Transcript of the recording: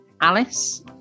Alice